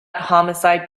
homicide